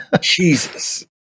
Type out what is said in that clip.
Jesus